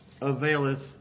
availeth